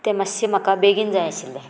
तें मातशें म्हाका बेगीन जाय आशिल्लें